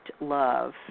love